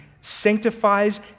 sanctifies